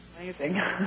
amazing